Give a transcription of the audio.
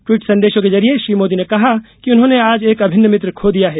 tweet संदेशों के जरिए श्री मोदी ने कहा कि उन्होंने आज एक अभिन्न मित्र खो दिया है